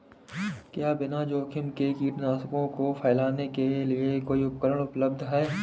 क्या बिना जोखिम के कीटनाशकों को फैलाने के लिए कोई उपकरण उपलब्ध है?